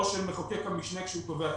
או של מחוקק המשנה כשהוא קובע תקנות.